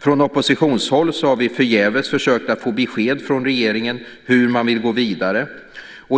Från oppositionshåll har vi förgäves försökt få besked från regeringen om hur man vill gå vidare.